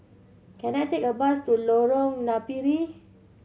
can I take a bus to Lorong Napiri